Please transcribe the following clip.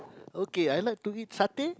okay I like to eat satay